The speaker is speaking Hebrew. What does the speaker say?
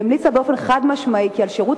והיא המליצה באופן חד-משמעי כי על שירות